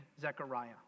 Zechariah